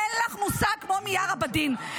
אין לך מושג, כמו מיארה, בדין.